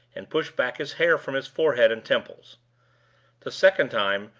and push back his hair from his forehead and temples the second time,